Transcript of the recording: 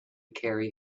carry